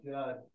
God